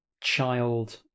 child